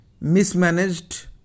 mismanaged